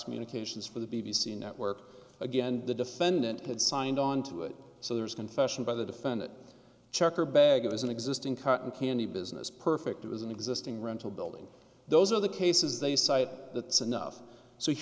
communications for the b b c network again the defendant had signed on to it so there's confession by the defendant checker bag of an existing cotton candy business perfect it was an existing rental building those are the cases they cite that enough so